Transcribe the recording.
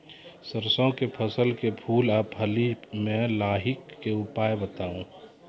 सरसों के फसल के फूल आ फली मे लाहीक के उपाय बताऊ?